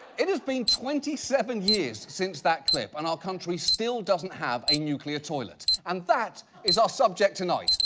it has been twenty seven years since that clip and our country still doesn't have a nuclear toilet. and that is our subject tonight.